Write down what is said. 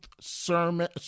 sermon